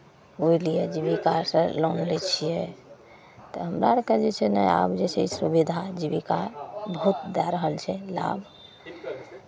ओहि लिए जीविकासँ लोन लै छियै तऽ हमरा आरकेँ जे छै ने आब जे छै सुविधा जीविका बहुत दए रहल छै लाभ